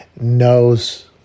knows